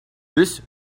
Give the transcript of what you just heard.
this